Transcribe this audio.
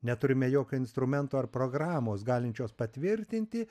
neturime jokio instrumento ar programos galinčios patvirtinti